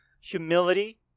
humility